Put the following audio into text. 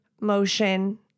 motion